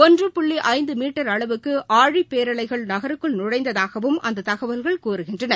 ஒன்று புள்ளி ஐந்து மீட்டர் அளவுக்கு அழிப்பேரலைகள் நகருக்குள் நுழைந்ததாகவும் அந்த தகவல்கள் கூறுகின்றன